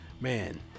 man